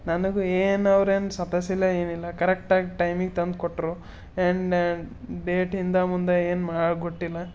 ನನಗು ಏನು ಅವ್ರೇನು ಸತಾಯಿಸಿಲ್ಲ ಏನಿಲ್ಲ ಕರೆಟ್ಟಾಗಿ ಟೈಮಿಗೆ ತಂದುಕೊಟ್ರು ಏನು ಡೇಟ್ ಹಿಂದೆ ಮುಂದೆ ಏನು ಮಾಡಿ ಕೊಟ್ಟಿಲ್ಲ